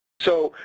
so,